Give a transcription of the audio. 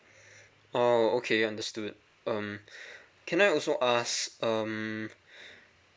oh okay understood um can I also ask um